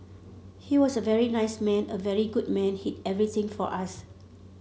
he was a very nice man a very good man he everything for us